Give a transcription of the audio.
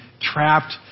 trapped